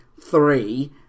three